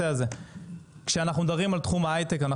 אנחנו באמת מדברים על המנוע של הכלכלה הישראלית.